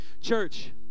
Church